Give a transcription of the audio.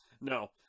No